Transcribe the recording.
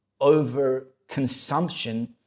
overconsumption